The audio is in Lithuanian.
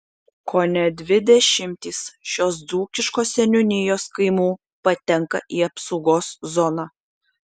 kone dvi dešimtys šios dzūkiškos seniūnijos kaimų patenka į apsaugos zoną